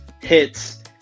hits